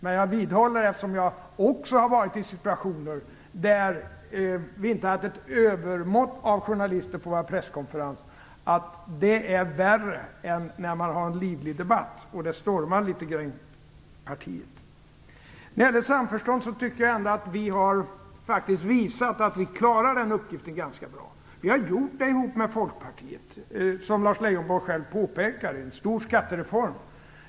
Men eftersom jag också har varit i situationer då vi inte har haft ett övermått av journalister på våra presskonferenser, vidhåller jag att det är värre än när man har en livlig debatt och det stormar litet grand i partiet. När det gäller samförstånd tycker jag att vi har visat att vi klarar den uppgiften ganska bra. Tillsammans med Folkpartiet har vi, som Lars Leijonborg påpekade, samarbetat om en stor skattereform.